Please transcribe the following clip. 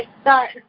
start